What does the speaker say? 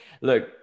look